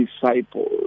disciples